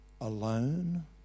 alone